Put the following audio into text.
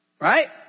right